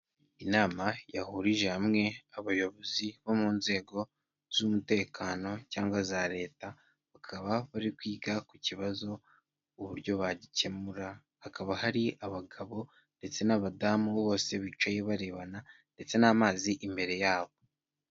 Inama yahurije hamwe abayobozi bo mu nzego z'umutekano cyangwa za leta, bakaba bari kwiga ku kibazo uburyo bagikemura hakaba hari abagabo ndetse n'abadamu, bose bicaye barebana ndetse n'amazi imbere yabo.